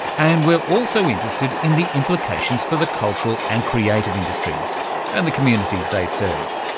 and we're also interested in the implications for the cultural and creative industries and the communities they serve.